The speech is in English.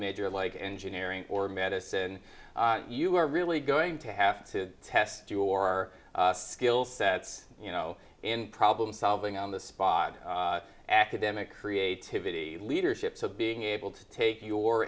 major like engineering or medicine you are really going to have to test your skill sets you know and problem solving on the spot academic creativity leadership so being able to take your